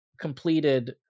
completed